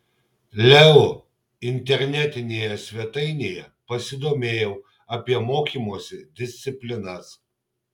leu internetinėje svetainėje pasidomėjau apie mokymosi disciplinas